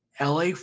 LA